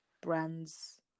brands